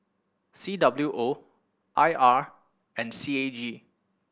C W O I R and C A G